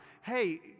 hey